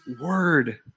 Word